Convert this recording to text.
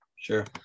Sure